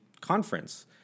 conference